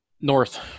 North